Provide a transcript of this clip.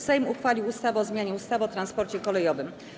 Sejm uchwalił ustawę o zmianie ustawy o transporcie kolejowym.